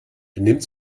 nimmt